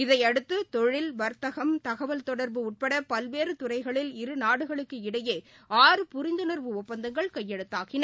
இதையடுத்து தொழில் வர்த்தகம் தகவல் தொடர்பு உட்பட பல்வேறு துறைகளில் இரு நாடுகளுக்கு இடையே ஆறு புரிந்துணர்வு ஒப்பந்தங்கள் கையெழுத்தாகின